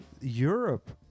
Europe